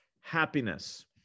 happiness